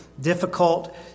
difficult